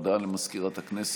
הודעה למזכירת הכנסת.